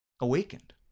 awakened